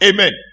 Amen